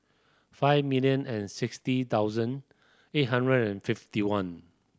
five million and sixty thousand eight hundred and fifty one